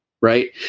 right